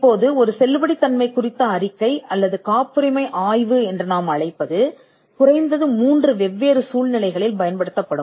இப்போது ஒரு செல்லுபடியாகும் அறிக்கை அல்லது காப்புரிமை ஆய்வு என்று நாம் அழைப்பது குறைந்தது 3 வெவ்வேறு சூழ்நிலைகளில் பயன்படுத்தப்படும்